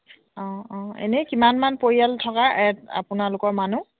অঁ অঁ এনেই কিমানমান পৰিয়াল থকা এটা আপোনালোকৰ মানুহ